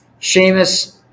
Seamus